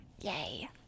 Yay